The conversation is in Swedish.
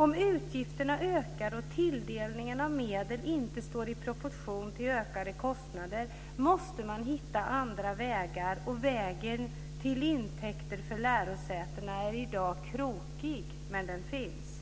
Om utgifterna ökar och tilldelningen av medel inte står i proportion till ökade kostnader måste man hitta andra vägar. Vägen till intäkter för lärosätena är i dag krokig. Men den finns.